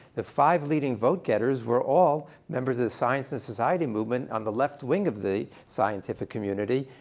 the five leading vote-getters were all members of the science and society movement on the left wing of the scientific community.